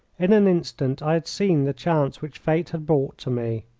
in an instant i had seen the chance which fate had brought to me.